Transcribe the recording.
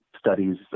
Studies